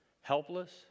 helpless